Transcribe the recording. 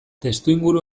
testuinguru